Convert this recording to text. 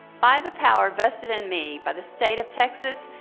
by the power vested in me by the state of texas,